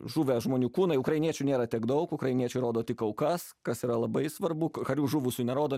žuvę žmonių kūnai ukrainiečių nėra tiek daug ukrainiečių rodo tik aukas kas yra labai svarbu karių žuvusių nerodo